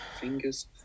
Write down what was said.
Fingers